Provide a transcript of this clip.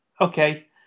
Okay